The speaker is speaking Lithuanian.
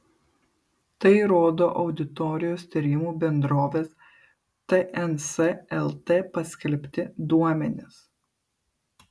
tai rodo auditorijos tyrimų bendrovės tns lt paskelbti duomenys